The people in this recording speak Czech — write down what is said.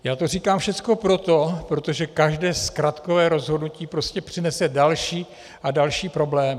Já to říkám všecko proto, protože každé zkratkové rozhodnutí prostě přinese další a další problémy.